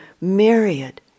myriad